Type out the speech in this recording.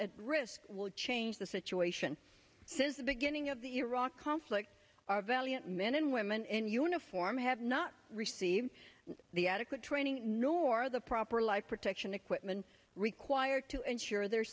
at risk would change the situation since the beginning of the iraq conflict our valiant men and women in uniform have not received the adequate training nor the proper life protection equipment required to ensure their